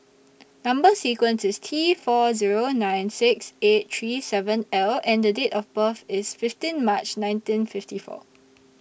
Number sequence IS T four Zero nine six eight three seven L and Date of birth IS fifteen March nineteen fifty four